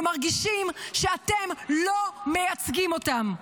ומרגישים שאתם לא מייצגים אותם.